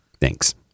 Thanks